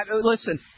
listen